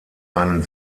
einen